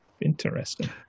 Interesting